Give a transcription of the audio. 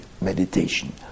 meditation